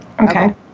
okay